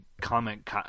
comment